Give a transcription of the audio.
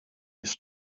his